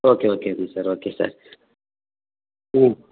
okay ஓகேங்க sir okay sir ம்